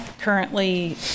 currently